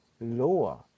lower